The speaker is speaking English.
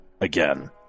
again